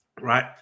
Right